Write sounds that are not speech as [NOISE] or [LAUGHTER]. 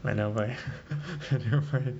I never buy [LAUGHS] never buy